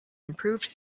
improved